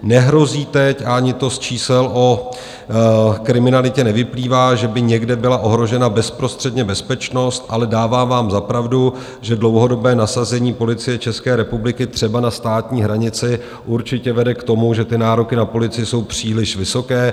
Nehrozí teď, a ani to z čísel o kriminalitě nevyplývá, že by někde byla ohrožena bezprostředně bezpečnost, ale dávám vám za pravdu, že dlouhodobé nasazení Policie České republiky třeba na státní hranici určitě vede k tomu, že nároky na policii jsou příliš vysoké.